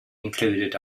included